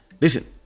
listen